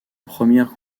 première